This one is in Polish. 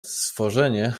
stworzenie